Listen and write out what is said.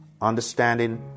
understanding